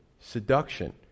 seduction